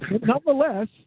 Nonetheless